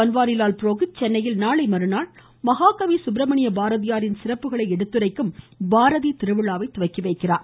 பன்வாரிலால் புரோஹித் சென்னையில் நாளை மறுநாள் மகாகாவி சுப்பிரமணிய பாரதியாரின் சிறப்புகளை எடுத்துரைக்கும் பாரதி திருவிழாவை துவக்கி வைக்கிறார்